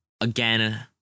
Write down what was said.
again